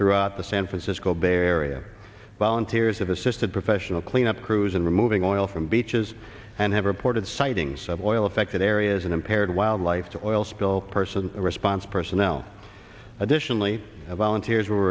throughout the san francisco bay area volunteers have assisted professional cleanup crews in removing oil from beaches and have reported sightings of oil affected areas and impaired wildlife to oil spill person response personnel additionally volunteers were